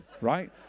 right